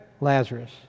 Lazarus